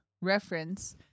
reference